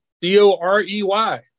D-O-R-E-Y